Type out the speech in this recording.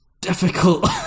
difficult